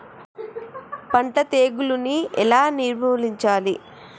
పంట తెగులుని ఎలా నిర్మూలించాలి?